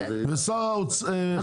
ושר החקלאות -- אנחנו מברכים על זה כמובן,